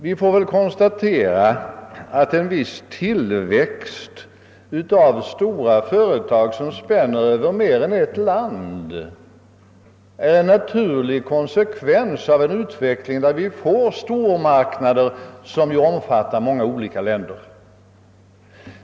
Vi får väl konstatera att en viss tillväxt av stora företag, som spänner över mer än ett land, är en naturlig konsekvens av en utveckling som innebär att vi får stormarknader som omfattar många olika länder.